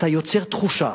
אתה יוצר תחושה